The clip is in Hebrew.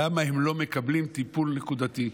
למה הם לא מקבלים טיפול נקודתי.